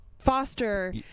Foster